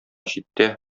читтә